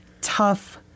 tough